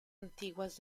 antiguas